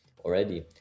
already